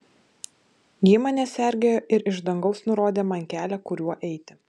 ji mane sergėjo ir iš dangaus nurodė man kelią kuriuo eiti